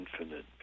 infinite